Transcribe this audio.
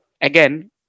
again